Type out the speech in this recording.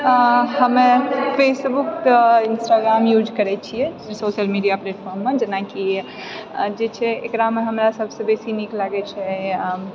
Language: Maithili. हमे फेसबुक इन्स्टाग्राम यूज करैत छिऐ सोशल मीडिया प्लेटफॉर्ममे जेनाकि जे छै एकरामे हमरा सबसँ बेसी नीक लागैत छै